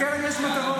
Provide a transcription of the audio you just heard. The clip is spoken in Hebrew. לקרן יש מטרות.